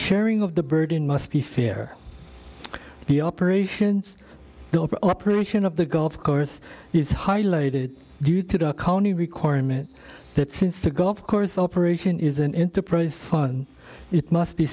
sharing of the burden must be fair the operations the operation of the golf course is highlighted due to the county requirement that since the golf course operation is an enterprise fund it must be